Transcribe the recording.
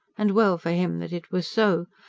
and well for him that it was so.